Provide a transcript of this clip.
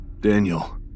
Daniel